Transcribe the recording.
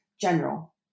general